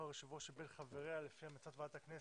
יושב-ראש ואת חבריה לפי המלצת ועדת הכנסת.